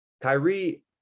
Kyrie